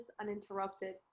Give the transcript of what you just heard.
uninterrupted